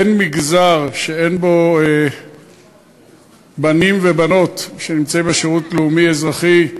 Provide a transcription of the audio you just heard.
אין מגזר שאין בו בנים ובנות שנמצאים בשירות לאומי-אזרחי: